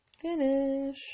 Finish